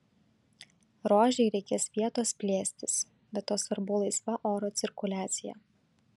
rožei reikės vietos plėstis be to svarbu laisva oro cirkuliacija